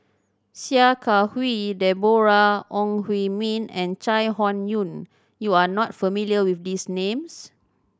Sia Kah Hui Deborah Ong Hui Min and Chai Hon Yoong you are not familiar with these names